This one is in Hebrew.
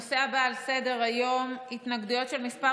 הנושא הבא על סדר-היום: התנגדויות של כמה